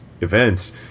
events